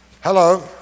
Hello